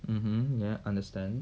mmhmm ya understand